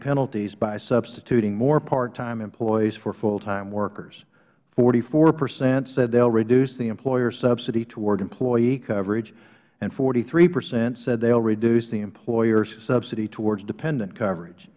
penalties by substituting more part time employees for full time workers forty four percent said they would reduce the employer subsidy toward employee coverage and forty three percent they said they would reduce the employer's subsidy towards dependent coverage